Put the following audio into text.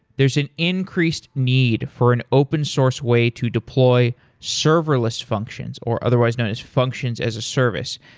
there's an increased need for an open source way to deploy serverless functions or otherwise notice functions as a service.